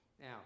Now